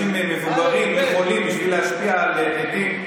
שקורא את מה שעשו שם לאנשים מבוגרים וחולים בשביל להשפיע על עדים.